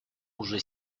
уже